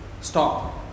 stop